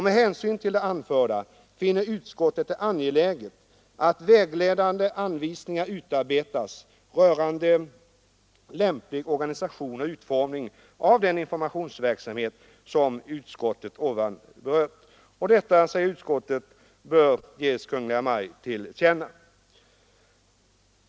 Med hänsyn till det anförda finner utskottet det angeläget att vägledande anvisningar utarbetas rörande lämplig organisation och utformning av den informationsverksamhet som utskottet ovan berört.” Och detta, säger utskottet, bör ges Kungl. Maj:t till känna.